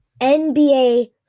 NBA